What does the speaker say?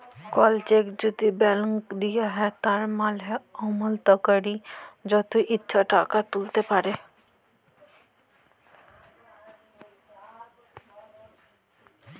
call cheque যদি blank দিঁয়া হ্যয় তার মালে আমালতকারি যত ইছা টাকা তুইলতে পারে